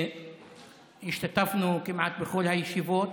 השתתפנו כמעט בכל הישיבות,